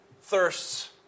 thirsts